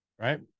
right